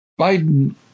Biden